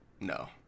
No